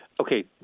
Okay